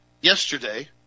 yesterday